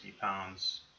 pounds